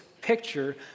picture